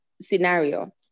scenario